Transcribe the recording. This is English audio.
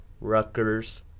Rutgers